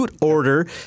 order